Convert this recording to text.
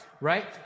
right